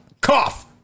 Cough